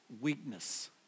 weakness